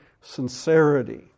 sincerity